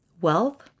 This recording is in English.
Wealth